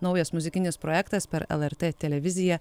naujas muzikinis projektas per lrt televiziją